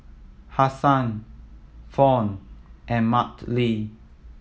Hassan Fawn and Marty